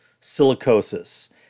Silicosis